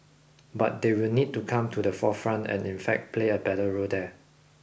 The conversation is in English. but they will need to come to the forefront and in fact play a better role there